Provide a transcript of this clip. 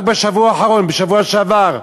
רק בשבוע האחרון, בשבוע שעבר,